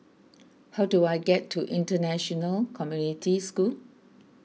how do I get to International Community School